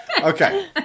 Okay